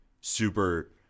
super